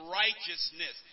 righteousness